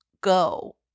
go